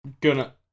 Gonna-